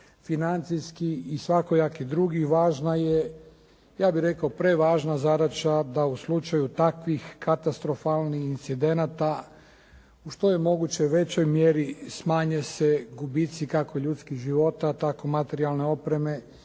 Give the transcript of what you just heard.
financijskih i svakojakih drugih važna je ja bih rekao prevažna zadaća da u slučaju takvih katastrofalnih incidenata u što je moguće većoj mjeri smanje se gubici kako ljudskih života tako materijalne opreme